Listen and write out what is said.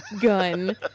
gun